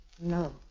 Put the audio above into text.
No